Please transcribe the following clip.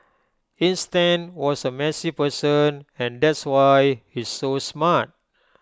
Einstein was A messy person and that's why he's so smart